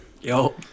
Yo